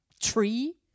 tree